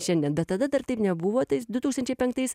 šiandien bet tada dar taip nebuvo tais du tūkstančiai penktais